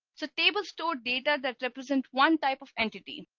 so table stored data that represent one type of entity.